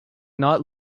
not